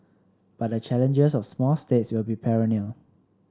but the challenges of small states will be perennial